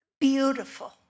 beautiful